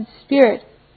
Spirit